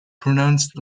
pronounced